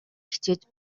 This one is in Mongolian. хичээж